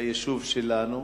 וביישוב שלנו,